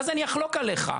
ואז אני אחלוק עליך,